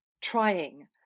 trying